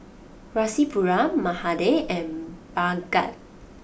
Rasipuram Mahade and Bhagat